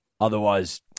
Otherwise